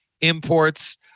imports